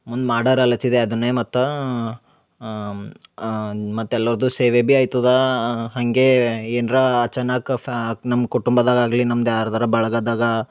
ಮುಂದೆ ಮಾಡರಲಚಿದೆ ಅದನ್ನೆ ಮತ್ತ ಮತ್ತು ಎಲ್ಲರದ್ದು ಸೇವೆ ಬಿ ಆಯ್ತದ ಹಾಗೆ ಏನ್ರಾ ಚೆನ್ನಾಗಿ ಕಫೆ ನಮ್ಮ ಕುಟುಂಬದಾಗ ಆಗಲಿ ನಮ್ದ ಯಾರ್ದರ ಬಳಗದಾಗಾ